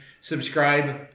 subscribe